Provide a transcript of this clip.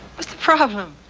what's the problem?